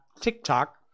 TikTok